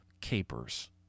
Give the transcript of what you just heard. capers